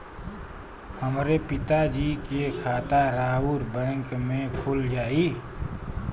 हमरे पिता जी के खाता राउर बैंक में खुल जाई?